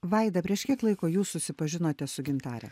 vaida prieš kiek laiko jūs susipažinote su gintare